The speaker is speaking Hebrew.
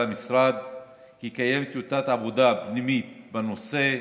המשרד כי קיימת טיוטת עבודה פנימית בנושא,